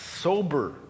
Sober